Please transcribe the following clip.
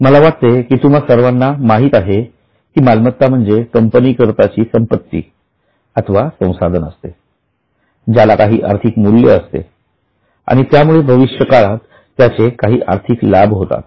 मला वाटते की तुम्हा सर्वांना माहीत आहे की मालमत्ता म्हणजे कंपनी करताची संपत्ती अथवा संसाधन असतेज्याला काही आर्थिक मूल्य असते आणि त्यामुळे भविष्यकाळात त्याचे काही आर्थिक लाभ होतात